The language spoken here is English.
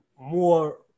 more